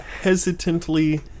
hesitantly